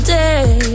day